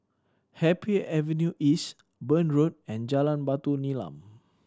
Happy Avenue East Burn Road and Jalan Batu Nilam